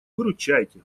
выручайте